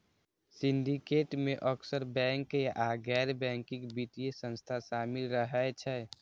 syndicate मे अक्सर bank आ गैर बैंकिंग वित्तीय संस्था शामिल रहै छै